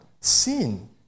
sin